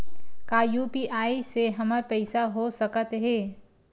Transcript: का यू.पी.आई से हमर पईसा हो सकत हे?